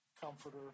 Comforter